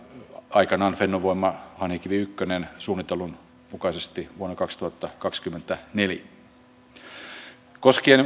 on erittäin tärkeätä että kuntien valtionosuudet ensi vuonna nousevat niin kuin ministeri rehula totesi